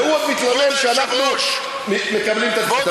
והוא המתלונן שאנחנו מקבלים, אתה מבין?